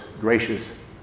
gracious